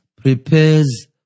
prepares